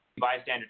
bystander